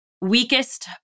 weakest